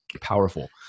powerful